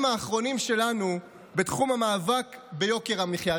האחרונים שלנו בתחום המאבק ביוקר המחיה.